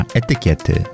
etykiety